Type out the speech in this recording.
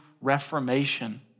reformation